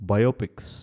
Biopics